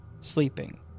sleeping